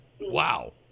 Wow